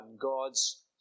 God's